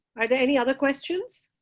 are there any other questions